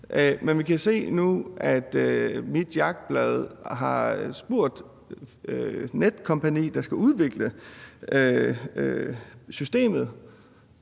men vi kan nu se, at Mit Jagtblad har spurgt Netcompany, der skal udvikle systemet,